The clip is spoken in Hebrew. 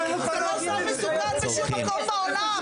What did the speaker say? זה לא סם מסוכן בשום מקום בעולם.